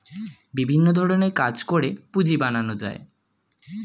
বিভিন্ন ধরণের কাজ করে পুঁজি বানানো যায়